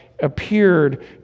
appeared